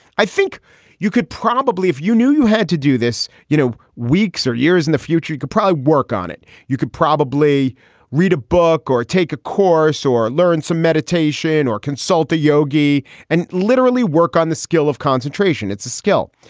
i think you could probably if you knew you had to do this, you know, weeks or years in the future could probably work on it. you could probably read a book or take a course or learn some meditation or consult a yogi and literally work on the skill of concentration it's a skill.